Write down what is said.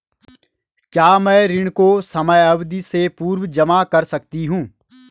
क्या मैं ऋण को समयावधि से पूर्व जमा कर सकती हूँ?